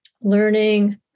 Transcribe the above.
learning